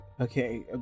okay